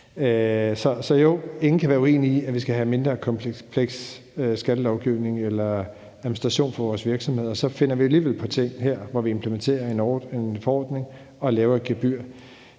Så ingen kan være uenig i, at vi skal have en mindre kompleks skattelovgivning og administration for vores virksomheder, og så finder vi alligevel på ting her, hvor vi implementerer en forordning og laver et gebyr,